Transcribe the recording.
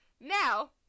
now